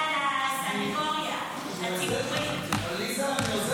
אדוני היושב-ראש,